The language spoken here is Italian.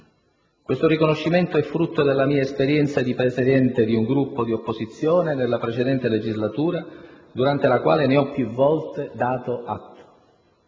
Questo riconoscimento è frutto della mia esperienza di Presidente di un Gruppo di opposizione nella precedente legislatura, durante la quale ne ho più volte dato atto.